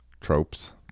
tropes